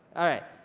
alright,